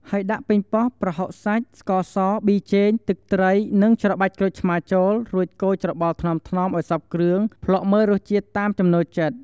ហើយដាក់ប៉េងប៉ោះ ប្រហុកសាច់ ស្ករស ប៊ីចេង ទឹកត្រី និងច្របាច់ក្រូចឆ្មារចូល រួចកូរច្របល់ថ្នមៗឲ្យសព្វគ្រឿង ភ្លក់មើលរសជាតិតាមចំណូលចិត្ត។